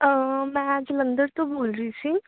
ਮੈਂ ਜਲੰਧਰ ਤੋਂ ਬੋਲ ਰਹੀ ਸੀ